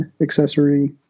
accessory